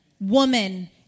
woman